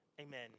Amen